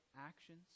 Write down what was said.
actions